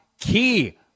key